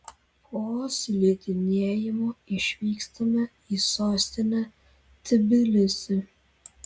po slidinėjimo išvykstame į sostinę tbilisį